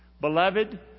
Beloved